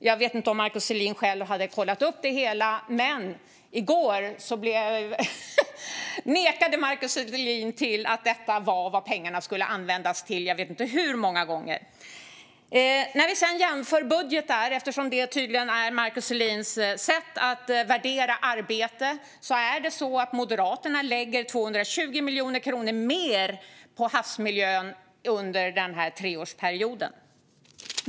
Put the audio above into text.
Jag vet inte om Markus Selin själv hade kollat upp det hela, men i går nekade Markus Selin till att detta var vad pengarna skulle användas till jag vet inte hur många gånger. När vi sedan jämför budgetar - eftersom detta tydligen är Markus Selins sätt att värdera arbete - ser vi att Moderaterna lägger 220 miljoner kronor mer på havsmiljön under den här treårsperioden.